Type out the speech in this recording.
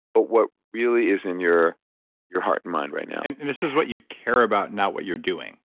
but what really is in your your heart and mind right now and this is what you care about, not what you're doing?